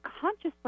consciously